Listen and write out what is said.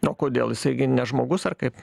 o kodėl jisai gi ne žmogus ar kaip